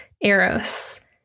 Eros